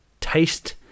taste